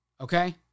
Okay